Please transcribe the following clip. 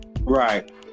Right